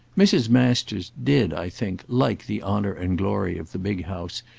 mrs. masters did, i think, like the honour and glory of the big house,